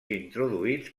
introduïts